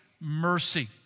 mercy